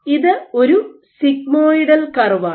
ഇത് ഒരു സിഗ്മോയിഡൽ കർവാണ്